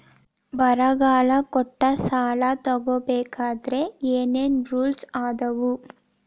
ಬಂಗಾರ ಕೊಟ್ಟ ಸಾಲ ತಗೋಬೇಕಾದ್ರೆ ಏನ್ ಏನ್ ರೂಲ್ಸ್ ಅದಾವು?